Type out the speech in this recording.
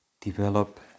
develop